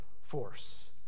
force